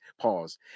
pause